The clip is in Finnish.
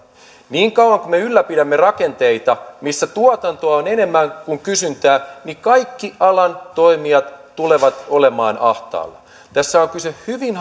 niin kauan kuin me ylläpidämme rakenteita missä tuotantoa on enemmän kuin kysyntää kaikki alan toimijat tulevat olemaan ahtaalla tässä on kyse hyvin